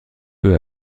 peu